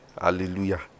Hallelujah